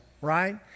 right